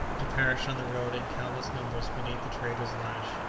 to perish on the road in countless numbers beneath the trader's lash,